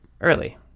early